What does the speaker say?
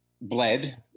bled